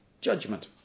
judgment